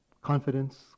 confidence